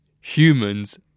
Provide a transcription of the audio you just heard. humans